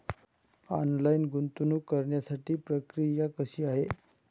Online गुंतवणूक करण्यासाठी प्रक्रिया कशी आहे?